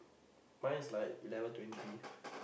mine is like eleven twenty